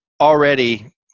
already